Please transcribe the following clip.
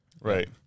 Right